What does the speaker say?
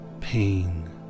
pain